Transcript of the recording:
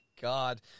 god